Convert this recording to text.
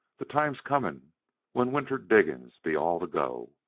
the time's comin' when winter diggin's'll be all the go.